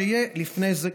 שיהיה לפני זה,